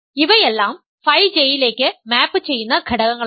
ഇവയെല്ലാം phi J യിലേക്ക് map ചെയ്യുന്ന ഘടകങ്ങളാണ്